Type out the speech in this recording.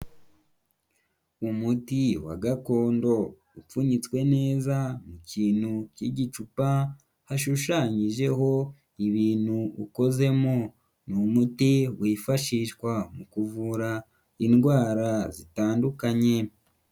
Umuti wa gakondo upfunyitswe neza mu kintu cy'igicupa, hashushanyijeho ibintu ukozemo, ni umuti wifashishwa mu kuvura indwara zitandukanye.